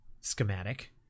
schematic